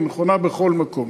היא נכונה בכל מקום.